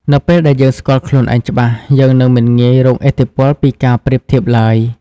នៅពេលដែលយើងស្គាល់ខ្លួនឯងច្បាស់ យើងនឹងមិនងាយរងឥទ្ធិពលពីការប្រៀបធៀបឡើយ។